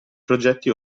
progetti